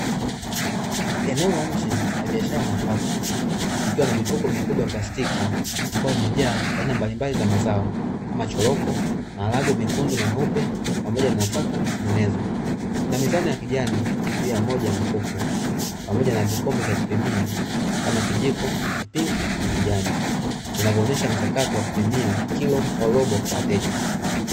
Eneo la nje la biashara ya nafaka likiwa na mifuko mikubwa ya plastiki ambayo imejaa aina mbalimbali za nafaka kama choroko, maharagwe mekundu na meupe pamoja na nafaka zinginezo. Kuna mizani ya kijani juu ya moja ya mfuko pamoja na vikombe vya kupimia kama kijiko cha pinki na kijani, vinavyoonyesha mchakato wa kupimia kilo au robo kwa wateja.